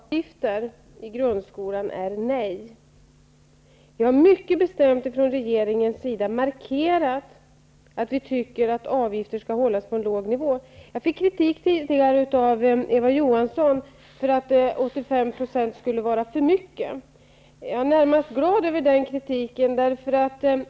Herr talman! Svaret på frågan om vi avser att lägga fram förslag om avgifter i grundskolan är nej. Från regeringens sida har vi mycket bestämt markerat att vi tycker att avgifter skall hållas på en låg nivå. Jag fick tidigare kritik av Eva Johansson för att 85 % skulle vara för mycket. Jag är närmast glad över den kritiken.